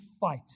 fight